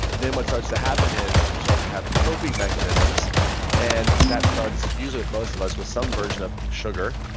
then what starts to happen is you start to have coping mechanisms and that starts usually with most of us with some version of sugar,